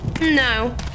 No